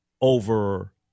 over